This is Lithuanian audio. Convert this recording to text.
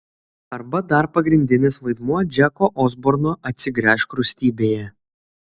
arba dar pagrindinis vaidmuo džeko osborno atsigręžk rūstybėje